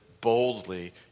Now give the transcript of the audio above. boldly